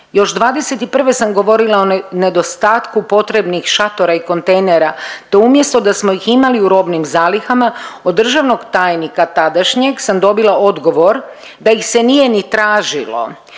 Još 2021. sam govorila o nedostatku potrebnih šatora i kontejnera do umjesto da smo ih imali u robnim zalihama od državnog tajnika tadašnjeg sam dobila dogovor da ih se nije ni tražilo,